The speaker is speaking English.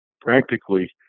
practically